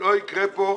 לא יקרה כאן.